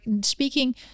speaking